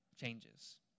changes